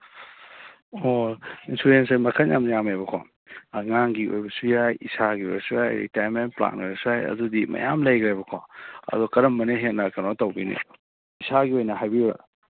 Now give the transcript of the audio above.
ꯑꯣ ꯏꯟꯁꯨꯔꯦꯟꯁꯁꯦ ꯃꯈꯜ ꯌꯥꯝ ꯌꯥꯝꯃꯦꯕꯀꯣ ꯑꯉꯥꯡꯒꯤ ꯑꯣꯏꯕꯁꯨ ꯌꯥꯏ ꯏꯁꯥꯒꯤ ꯑꯣꯏꯔꯁꯨ ꯌꯥꯏ ꯔꯤꯇ꯭ꯌꯔꯠꯃꯦꯟ ꯄ꯭ꯂꯥꯟ ꯑꯣꯏꯔꯁꯨ ꯌꯥꯏ ꯑꯗꯨꯗꯤ ꯃꯌꯥꯝ ꯂꯩꯈ꯭ꯔꯦꯕꯀꯣ ꯑꯗꯣ ꯀꯔꯝꯕꯅ ꯍꯦꯟꯅ ꯀꯩꯅꯣ ꯇꯧꯕꯤꯅꯤ ꯏꯁꯥꯒꯤ ꯑꯣꯏꯅ ꯍꯥꯏꯕꯤꯌꯨꯔꯥ